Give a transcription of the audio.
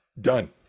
done